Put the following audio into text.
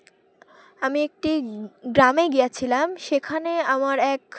আমি একটি গ্রামে গিয়েছিলাম সেখানে আমার এক